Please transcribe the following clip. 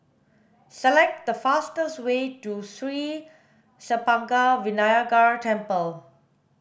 select the fastest way to Sri Senpaga Vinayagar Temple